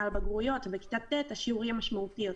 לבגרויות ובכיתה ט' השיעור יהיה משמעותי יותר.